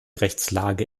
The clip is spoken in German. rechtslage